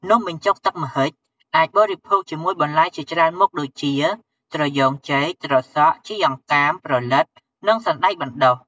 នំបញ្ចុកទឹកម្ហិចអាចបរិភោគជាមួយបន្លែជាច្រើនមុខ ដូចជា ត្រយូងចេក ត្រសក់ ជីអង្កាម ព្រលិត និងសណ្ដែកបណ្ដុះ។